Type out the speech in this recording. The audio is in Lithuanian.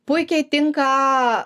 puikiai tinka